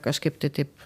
kažkaip tai taip